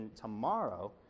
tomorrow